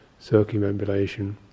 circumambulation